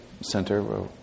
center